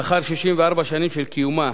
לאחר 64 שנים של קיומה